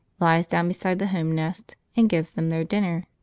lies down beside the home nest, and gives them their dinner.